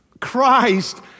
Christ